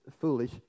foolish